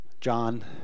John